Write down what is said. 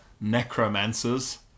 necromancers